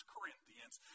Corinthians